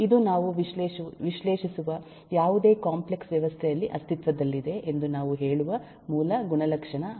ಇದು ನಾವು ವಿಶ್ಲೇಷಿಸುವ ಯಾವುದೇ ಕಾಂಪ್ಲೆಕ್ಸ್ ವ್ಯವಸ್ಥೆಯಲ್ಲಿ ಅಸ್ತಿತ್ವದಲ್ಲಿದೆ ಎಂದು ನಾವು ಹೇಳುವ ಮೂಲ ಗುಣಲಕ್ಷಣ ಆಗಿದೆ